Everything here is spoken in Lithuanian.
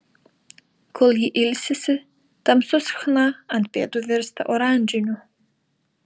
kol ji ilsisi tamsus chna ant pėdų virsta oranžiniu